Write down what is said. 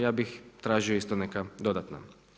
Ja bih tražio isto neka dodatna.